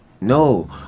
no